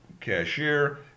cashier